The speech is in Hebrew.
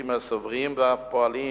ופוליטיים הסוברים, ואף פועלים,